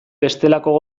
bestelako